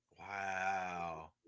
Wow